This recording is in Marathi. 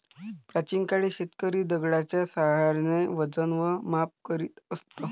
प्राचीन काळी शेतकरी दगडाच्या साहाय्याने वजन व माप करीत असत